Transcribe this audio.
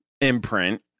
imprint